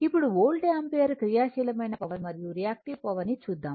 ఇప్పుడు volt ampere క్రియా శీలమైన పవర్ మరియు రియాక్టివ్ పవర్ ని చూద్దాము